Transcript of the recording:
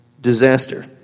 disaster